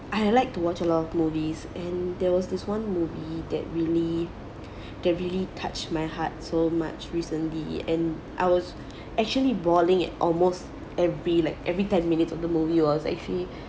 I like to watch a lot of movies and there was this one movie that really that really touched my heart so much recently and I was actually bawling at almost every like every ten minutes on the movie was actually